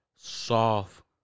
soft